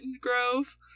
Grove